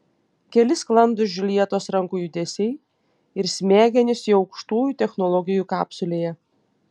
keli sklandūs džiuljetos rankų judesiai ir smegenys jau aukštųjų technologijų kapsulėje